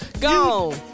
go